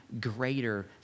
greater